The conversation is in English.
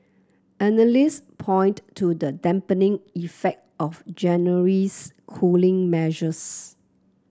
analysts point to the dampening effect of January's cooling measures